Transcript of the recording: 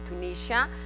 Tunisia